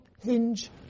hinge